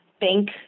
bank